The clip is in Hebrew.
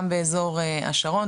גם באזור השרון,